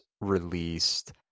released